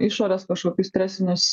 išorės kažkokius stresinius